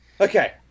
Okay